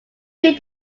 read